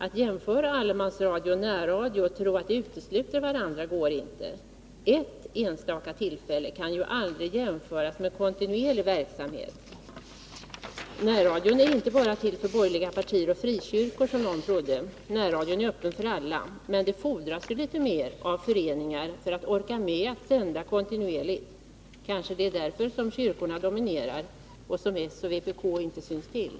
Att jämföra allemansradion med närradion och tro att de utesluter varandra går inte. Ett enstaka tillfälle kan aldrig jämföras med kontinuerlig verksamhet. Närradion är inte till bara för borgerliga partier och frikyrkor som någon trodde. Närradion är öppen för alla. Men det fordras litet mer av föreningarna om de skall orka med att sända kontinuerligt. Kanske det är därför som kyrkorna dominerar, medan s och vpk inte syns till.